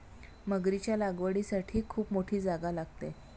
मगरीच्या लागवडीसाठी खूप मोठी जागा लागते